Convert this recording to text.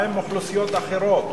מה עם האוכלוסיות האחרות?